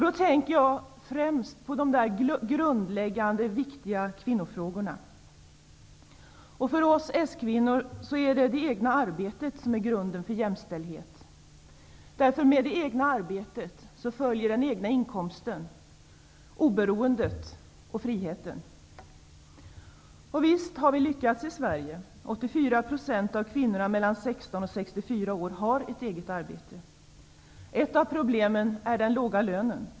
Då tänker jag främst på de grundläggande, viktiga kvinnofrågorna. För oss s-kvinnor är det kvinnornas egna arbete som är grunden för jämställdhet. Med det egna arbetet följer den egna inkomsten, oberoendet och friheten. Och visst har vi lyckats i Sverige. 84 % av kvinnorna mellan 16 och 64 år har ett eget arbete. Ett av problemen är den låga lönen.